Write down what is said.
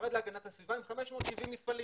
המשרד להגנת הסביבה בנוגע ל-570 מפעלים.